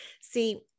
See